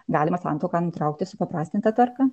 galima santuoką nutraukti supaprastinta tvarka